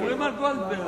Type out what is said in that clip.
אנחנו מדברים על גולדברג.